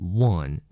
one